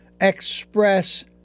express